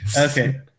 Okay